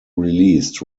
released